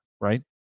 right